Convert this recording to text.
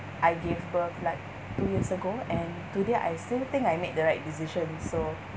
I gave birth like two years ago and today I still think I made the right decision so